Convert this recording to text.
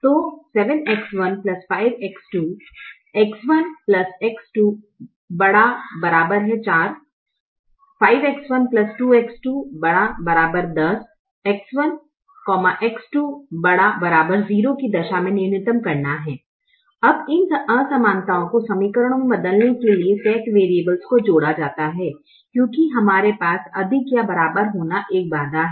तो 7X1 5X2 X1 X2 ≥4 5X12X2 ≥10 X1 X2 ≥ 0 की दशा मे न्यूनतम करना है अब इन असमानताएं को समीकरणों में बदलने के लिए स्लैक वेरियब्लेस को जोड़ा जाता हैं क्योंकि हमारे पास अधिक या बराबर होना एक बाधा है